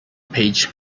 page